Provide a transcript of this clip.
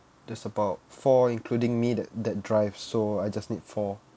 that's about four including me that that drives so I just need four